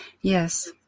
Yes